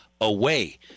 away